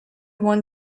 one